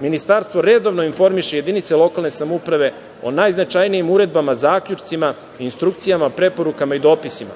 Ministarstvo redovno informiše jedinice lokalne samouprave o najznačajnijim uredbama, zaključcima, instrukcijama, preporukama i dopisima.